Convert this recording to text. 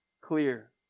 clear